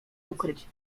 ukryć